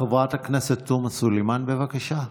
חברת הכנסת תומא סלימאן, בבקשה.